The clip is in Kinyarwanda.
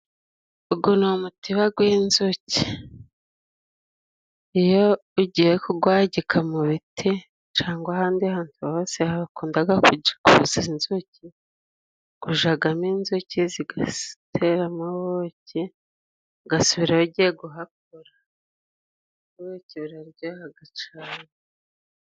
Ugo ni umutiba gw'inzuki iyo ugiye kugwagika mu biti cangwa ahandi hantu hose hakundaga kuza inzuki gujagamo inzuki zigateramo ubuki ugasubirayo ugiye guhakura ubuki buraryohaga cyane.